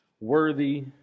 worthy